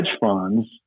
funds